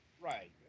Right